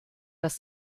das